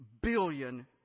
billion